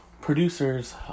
producers